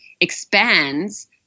expands